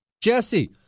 Jesse